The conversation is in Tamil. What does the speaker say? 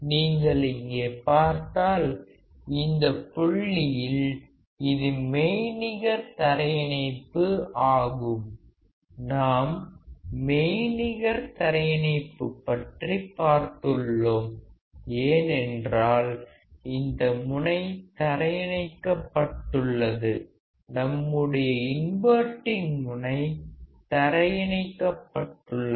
நீங்கள் இங்கே பார்த்தால் இந்த புள்ளியில் இது மெய்நிகர் தரையிணைப்பு ஆகும் நாம் மெய்நிகர் தரையிணைப்பு பற்றி பார்த்துள்ளோம் ஏனென்றால் இந்த முனை தரையிணைக்கப்பட்டுள்ளது நம்முடைய இன்வர்டிங் முனை தரையிணைக்கப்பட்டுள்ளது